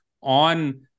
on